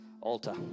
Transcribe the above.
altar